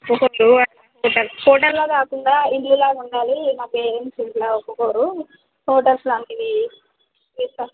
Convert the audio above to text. hotel అట్లా హోటల్లాగ కాకుండా ఇల్లు లాగా ఉండాలి మా పేరెంట్స్ ఇట్లా ఒప్పుకోరు హోటల్స్ లాంటివి మీరు